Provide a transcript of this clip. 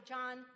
John